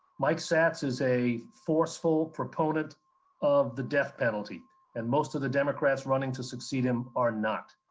mike satz is a forceful proponent of the death penalty and most of the democrats running to succeed him are not.